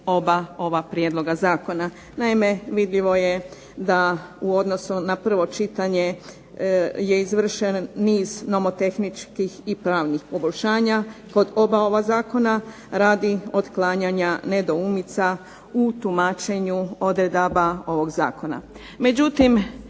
oba ova prijedloga zakona. Naime, vidljivo je da u odnosu na prvo čitanje je izvršen niz nomotehničkih i pravnih poboljšanja kod oba ova zakona, radi otklanjanja nedoumica u tumačenju odredaba ovog zakona.